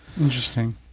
Interesting